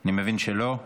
אני מבין שלא.